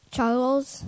Charles